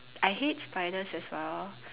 I hate spiders as well